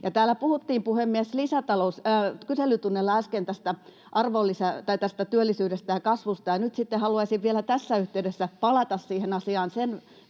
Täällä puhuttiin, puhemies, kyselytunnilla äsken työllisyydestä ja kasvusta, ja nyt sitten haluaisin vielä tässä yhteydessä palata siihen asiaan sen